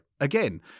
again